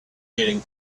getting